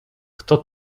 kto